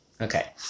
okay